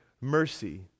mercy